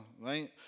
right